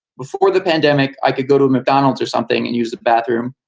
before the pandemic, i could go to mcdonald's or something and use the bathroom.